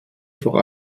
vor